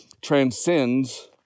transcends